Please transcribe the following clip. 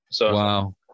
Wow